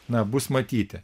na bus matyti